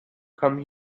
come